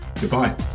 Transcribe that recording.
Goodbye